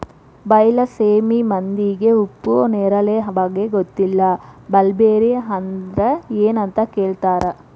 ಬೈಲಸೇಮಿ ಮಂದಿಗೆ ಉಪ್ಪು ನೇರಳೆ ಬಗ್ಗೆ ಗೊತ್ತಿಲ್ಲ ಮಲ್ಬೆರಿ ಅಂದ್ರ ಎನ್ ಅಂತ ಕೇಳತಾರ